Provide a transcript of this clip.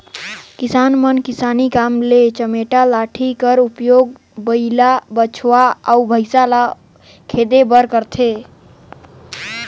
किसान मन किसानी काम मे चमेटा लाठी कर उपियोग बइला, बछवा अउ भइसा ल खेदे बर करथे